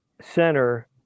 center